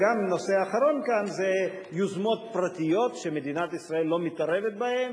הנושא האחרון כאן זה יוזמות פרטיות שמדינת ישראל לא מתערבת בהן.